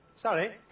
Sorry